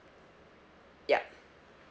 yup